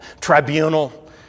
tribunal